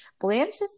Blanche's